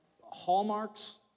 hallmarks